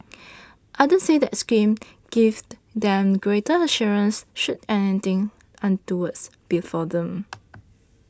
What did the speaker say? others said the scheme gave them greater assurance should anything untoward befall them